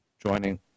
joining